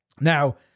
Now